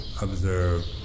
observe